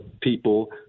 people